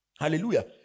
Hallelujah